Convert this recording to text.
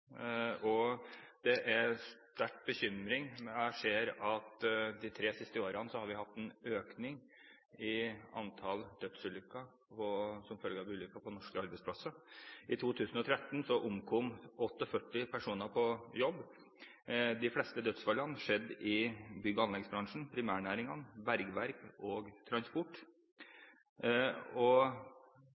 Det er med sterk bekymring jeg ser at vi de tre siste årene har hatt en økning i antall dødsulykker på norske arbeidsplasser. I 2013 omkom 48 personer på jobb. De fleste dødsfallene skjedde i bygg- og anleggsbransjen, innen primærnæringene, bergverk og transport.